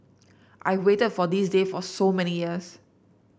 I waited for this day for so many years